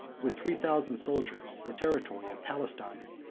with three thousand soldiers, the territory of palestine,